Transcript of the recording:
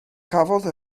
cafodd